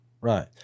right